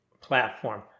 platform